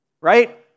Right